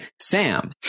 Sam